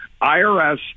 IRS